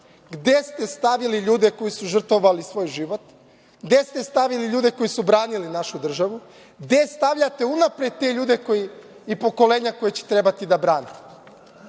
gde ste stavili ljude koji su žrtvovali svoj život, gde ste stavili ljude koji su branili našu državu, gde stavljate unapred te ljude i pokolenja koja će trebati da brane.